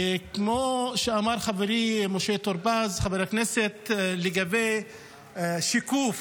וכמו שאמר חברי חבר הכנסת משה טור פז לגבי שיקוף